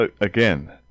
again